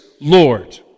Lord